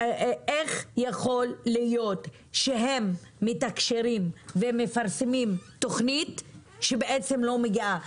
איך יכול להיות שהם מתקשרים ומפרסמים תוכנית שבעצם לא מגיעה?